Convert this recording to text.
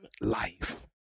life